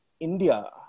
India